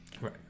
Right